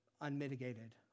Unmitigated